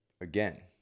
Again